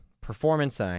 performance